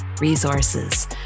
resources